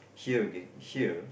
here again here